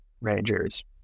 Rangers